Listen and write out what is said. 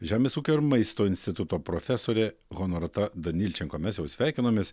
žemės ūkio ir maisto instituto profesorė honorata danilčenko mes jau sveikinomės